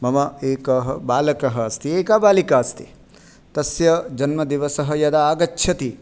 मम एकः बालकः अस्ति एका बालिका अस्ति तस्य जन्मदिवसः यदा आगच्छति